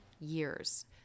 years